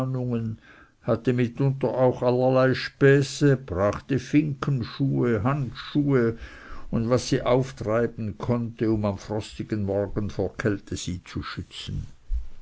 hatte mitunter auch allerlei späße brachte finkenschuhe handschuhe und was sie auftreiben konnte um am frostigen morgen vor kälte sie zu schützen